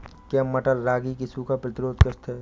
क्या मटर रागी की सूखा प्रतिरोध किश्त है?